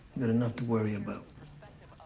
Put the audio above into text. gotta enough to worry about. night,